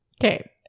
Okay